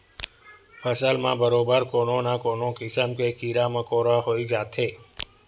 फसल म बरोबर कोनो न कोनो किसम के कीरा मकोरा होई जाथे